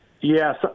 Yes